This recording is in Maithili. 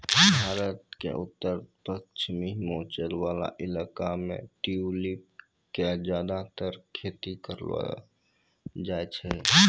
भारत के उत्तर पश्चिमी हिमालय वाला इलाका मॅ ट्यूलिप के ज्यादातर खेती करलो जाय छै